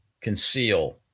conceal